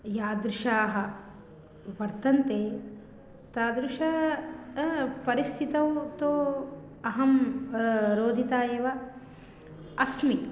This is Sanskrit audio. यादृशाः वर्तन्ते तादृशेः परिस्थितेः तु अहं रोदिता एव अस्मि